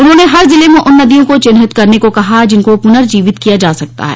उन्होंने हर जिले में उन नदियों को चिन्हित करने को कहा जिनको पुनर्जीवित किया जा सकता है